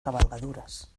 cabalgaduras